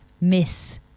miss